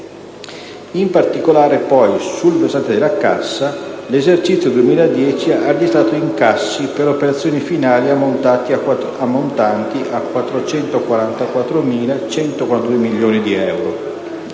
In particolare, poi, sul versante della cassa, l'esercizio 2010 ha registrato incassi per operazioni finali ammontanti a 444.142 milioni di euro,